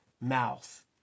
mouth